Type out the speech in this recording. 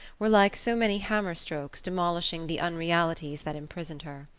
were like so many hammer-strokes demolishing the unrealities that imprisoned her.